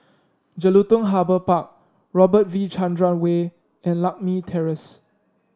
Jelutung Harbour Park Robert V Chandran Way and Lakme Terrace